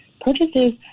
purchases